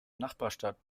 nachbarstadt